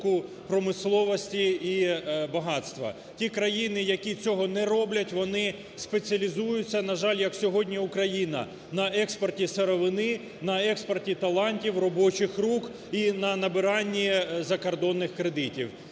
Ті країни, які цього не роблять, вони спеціалізуються, на жаль, як сьогодні Україна на експорті сировини, на експорті талантів робочих рук і на набиранні закордонних кредитів,